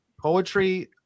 poetry